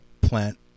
plant